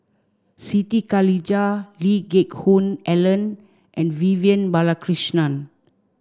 Siti Khalijah Lee Geck Hoon Ellen and Vivian Balakrishnan